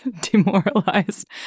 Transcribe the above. demoralized